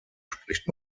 spricht